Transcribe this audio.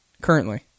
Currently